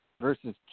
versus